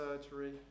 surgery